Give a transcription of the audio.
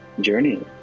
journey